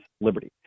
liberty